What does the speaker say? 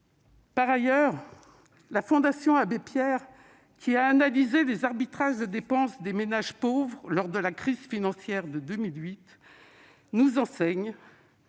Par ailleurs, la Fondation Abbé Pierre, qui a analysé les arbitrages de dépenses des ménages pauvres lors de la crise financière de 2008, nous enseigne